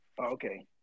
Okay